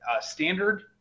standard